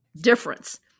difference